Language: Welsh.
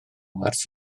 wers